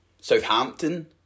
Southampton